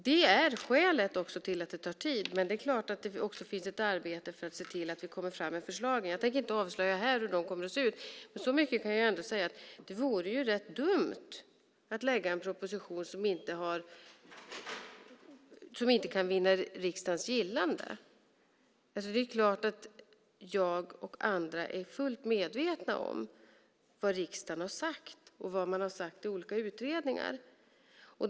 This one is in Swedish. Det är ett skäl till att det tar tid. Men det pågår också ett arbete för att se till att vi kommer fram med förslag. Jag tänker inte avslöja här hur de kommer att se ut, men så mycket kan jag säga att det vore rätt dumt att lägga fram en proposition som inte kan vinna riksdagens gillande. Det är klart att jag och andra är fullt medvetna om vad riksdagen har sagt och vad man har sagt i olika utredningar.